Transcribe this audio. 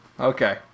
Okay